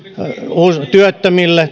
työmahdollisuuksissa työttömille